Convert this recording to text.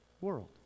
world